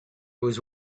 was